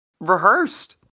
rehearsed